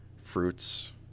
fruits